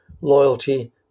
loyalty